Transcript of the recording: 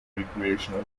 recreational